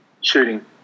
shooting